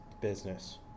business